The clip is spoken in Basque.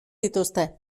dituzte